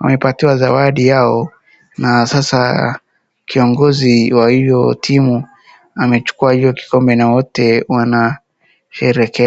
wamepatiwa zawadi yao na sasa kiongozi wa hiyo timu amechukua hiyo kikombe na wote wanasherehekea.